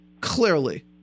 clearly